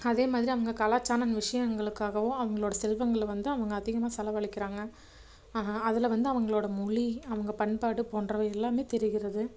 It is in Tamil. அதே மாதிரி அவங்க கலாச்சார விஷயங்களுக்காகவும் அவர்களோட செல்வங்களை வந்து அவங்க அதிகமாக செலவழிக்கிறாங்க அதில் வந்து அவர்களோட மொழி அவங்க பண்பாடு போன்றவை எல்லாமே தெரிகிறது